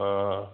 हा